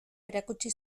erakutsi